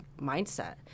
mindset